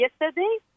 yesterday